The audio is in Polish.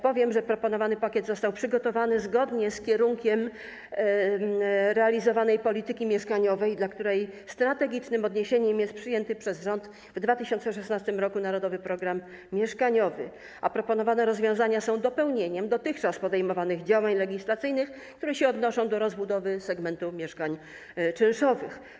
Powiem, że proponowany pakiet został przygotowany zgodnie z kierunkiem realizowanej polityki mieszkaniowej, dla której strategicznym odniesieniem jest przyjęty przez rząd w 2016 r. „Narodowy program mieszkaniowy”, a proponowane rozwiązania są dopełnieniem dotychczas podejmowanych działań legislacyjnych, które się odnoszą do rozbudowy segmentu mieszkań czynszowych.